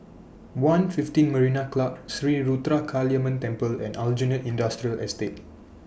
one fifteen Marina Club Sri Ruthra Kaliamman Temple and Aljunied Industrial Estate